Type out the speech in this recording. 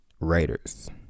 Writers